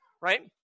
right